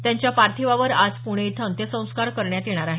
त्यांच्या पार्थिवावर आज पुणे इथं अंत्यसंस्कार करण्यात येणार आहेत